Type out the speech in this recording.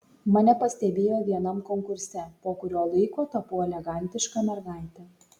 mane pastebėjo vienam konkurse po kurio laiko tapau elegantiška mergaite